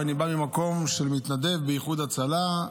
ואני בא ממקום של מתנדב באיחוד הצלחה,